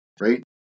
right